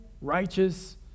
righteous